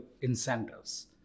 incentives